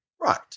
Right